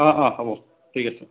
অঁ অঁ হ'ব ঠিক আছে